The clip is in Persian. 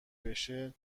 بشه